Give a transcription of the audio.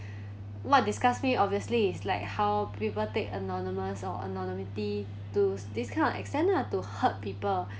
what disgusts me obviously it's like how people take anonymous or anonymity to this kind of extent lah to hurt people